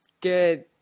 Good